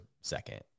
second